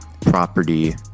property